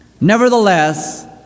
Nevertheless